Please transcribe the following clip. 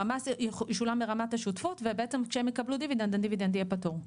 המס ישולם ברמת השותפות ובעצם כשהם יקבלו דיבידנד הדיבידנד יהיה פטור.